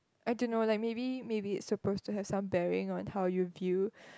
I don't know like maybe maybe it's suppose to have some baring on how you view